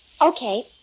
Okay